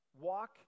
walk